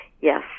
yes